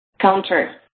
Counter